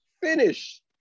Finish